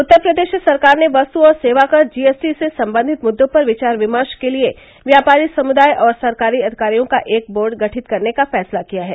उत्तर प्रदेश सरकार ने वस्तु और सेवा कर जी एस टी से संबंधित मुद्दों पर विचार विमर्श के लिए व्यापारी समुदाय और सरकारी अधिकारियों का एक बोर्ड गठित करने का फैसला किया है